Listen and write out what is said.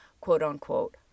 quote-unquote